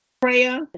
Prayer